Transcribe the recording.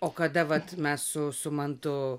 o kada vat mes su su mantu